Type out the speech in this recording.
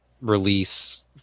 release